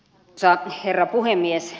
arvoisa herra puhemies